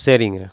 சரிங்க